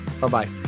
Bye-bye